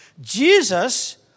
Jesus